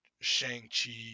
Shang-Chi